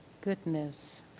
goodness